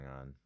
on